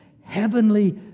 heavenly